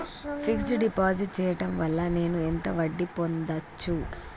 Fix డ్ deposit చేయటం వల్ల నేను ఎంత వడ్డీ పొందచ్చు?